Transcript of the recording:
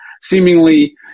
seemingly